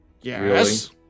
Yes